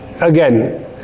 again